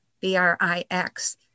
B-R-I-X